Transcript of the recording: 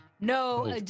No